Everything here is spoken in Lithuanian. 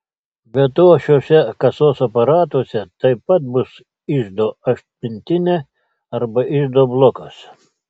be to šiuose kasos aparatuose taip pat bus iždo atmintinė arba iždo blokas